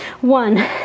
one